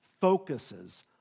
focuses